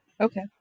okay